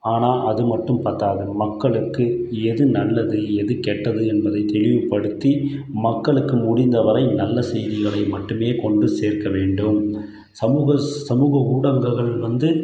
ஆனா அது மட்டும் பத்தாது மக்களுக்கு எது நல்லது எது கெட்டது என்பதை தெளிவுப்படுத்தி மக்களுக்கு முடிந்தவரை நல்ல செய்திகளை மட்டுமே கொண்டு சேர்க்க வேண்டும் சமூக சமூக ஊடகங்கள் வந்து